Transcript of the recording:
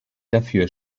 dafür